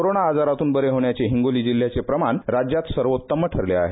corona आजारातून बरे होण्याचे हिंगोली जिल्ह्याचे प्रमाण राज्यात सर्वोत्तम ठरले आहे